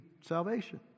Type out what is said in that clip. salvation